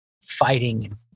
fighting